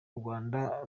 rwanda